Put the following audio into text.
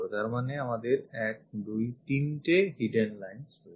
তার মানে আমাদের 123 লুকোনো line আছে